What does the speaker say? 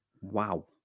wow